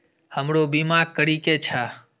हमरो बीमा करीके छः?